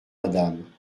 madame